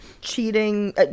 Cheating